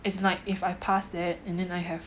it's like if I passed that and then I have